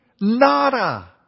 Nada